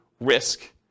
risk